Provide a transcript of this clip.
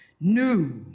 new